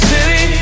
City